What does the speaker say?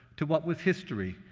to what was history?